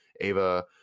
AVA